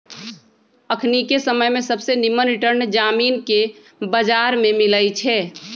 अखनिके समय में सबसे निम्मन रिटर्न जामिनके बजार में मिलइ छै